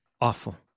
awful